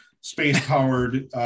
space-powered